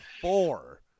four